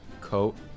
coat